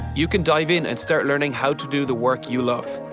you can dive in and start learning how to do the work you love.